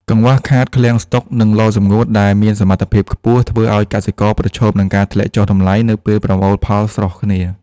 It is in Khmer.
កង្វះខាតឃ្លាំងស្ដុក និងឡសម្ងួតដែលមានសមត្ថភាពខ្ពស់ ធ្វើឱ្យកសិករប្រឈមនឹងការធ្លាក់ចុះតម្លៃនៅពេលប្រមូលផលស្រុះគ្នា។